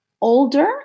older